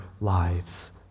lives